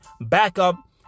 backup